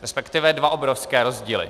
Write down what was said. Respektive dva obrovské rozdíly.